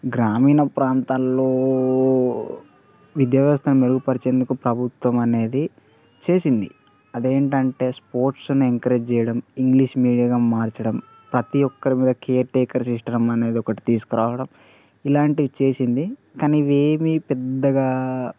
గ్రామీణ ప్రాంతాల్లో విద్యా వ్యవస్థ మెరుగుపరిచేందుకు ప్రభుత్వం అనేది చేసింది అది ఏంటంటే స్పోర్ట్స్ని ఎంకరేజ్ చేయడం ఇంగ్లీష్ మీడియంగా మార్చడం ప్రతి ఒక్కరి మీద కేర్టేకర్ సిస్టం అనేది ఒకటి తీసుకురావడం ఇలాంటివి చేసింది కానీ ఇవేమీ పెద్దగా